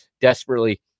Desperately